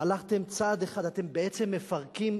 הלכתם צעד אחד אתם בעצם מפרקים,